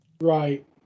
Right